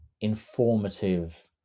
informative